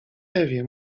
ewie